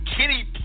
kitty